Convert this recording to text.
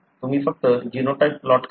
तुम्ही फक्त genotype plot करा